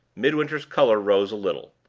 midwinter's color rose a little.